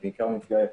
בעיקר מפגעי